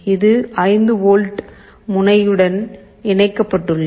இது 5 வோல்ட் முனையுடன் இணைக்கப்பட்டுள்ளது